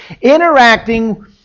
interacting